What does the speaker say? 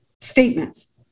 statements